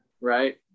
Right